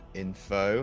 info